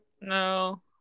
No